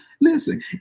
Listen